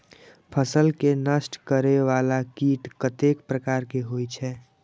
फसल के नष्ट करें वाला कीट कतेक प्रकार के होई छै?